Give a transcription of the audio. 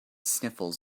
sniffles